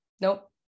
nope